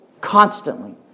constantly